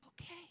Okay